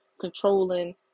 controlling